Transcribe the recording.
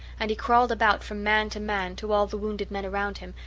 and he crawled about from man to man, to all the wounded men round him,